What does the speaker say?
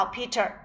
Peter